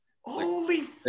Holy